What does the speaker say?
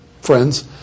friends